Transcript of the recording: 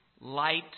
light